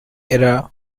era